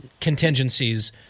contingencies